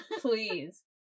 Please